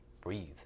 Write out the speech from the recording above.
breathe